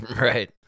right